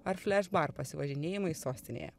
ar fleš bar pasivažinėjimai sostinėje